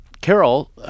carol